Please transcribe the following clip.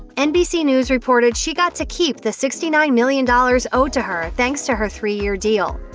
nbc news reported she got to keep the sixty nine million dollars owed to her thanks to her three-year deal.